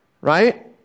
right